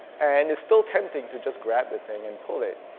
and it's still tempting to just grab the thing and pull it,